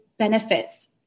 benefits